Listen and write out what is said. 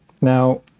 Now